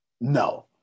no